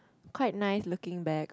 quite nice looking bag